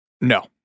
No